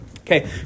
Okay